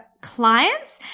clients